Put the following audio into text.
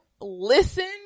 listen